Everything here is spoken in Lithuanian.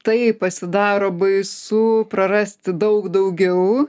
taip pasidaro baisu prarasti daug daugiau